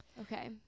Okay